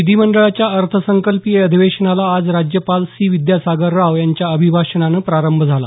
विधीमंडळाच्या अर्थसंकल्पीय अधिवेशनाला आज राज्यपाल सी विद्यासागर राव यांच्या अभिभाषणानं प्रारंभ झाला